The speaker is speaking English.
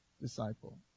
Disciple